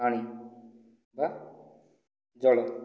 ପାଣି ବା ଜଳ